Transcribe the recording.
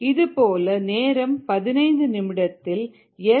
இதுபோல நேரம் 15 நிமிடத்தில் S16